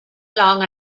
along